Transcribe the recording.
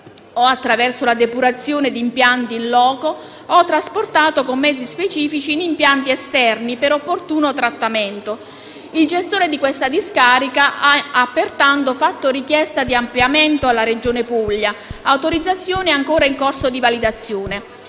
o attraverso la depurazione in impianti *in loco* o, trasportato con mezzi specifici, in impianti esterni per opportuno trattamento. Il gestore di questa discarica ha pertanto fatto richiesta di ampliamento alla Regione Puglia, ma l'autorizzazione è ancora in corso di validazione.